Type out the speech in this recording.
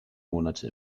monate